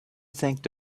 thanked